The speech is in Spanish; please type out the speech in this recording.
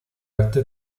arte